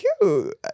cute